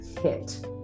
hit